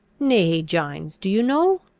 nay, gines, do you know?